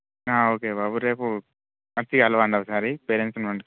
ఆ ఓకే బాబు రేపు వచ్చి కలవండి ఒకసారి పేరెంట్స్ను పిలుచుకొని